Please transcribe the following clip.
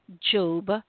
Job